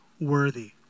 worthy